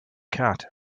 cat